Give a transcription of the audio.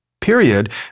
period